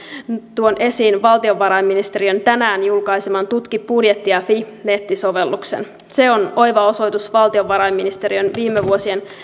tuon esiin valtiovarainministeriön tänään julkaiseman tutkibudjettia fi nettisovelluksen se on oiva osoitus valtiovarainministeriön viime vuosien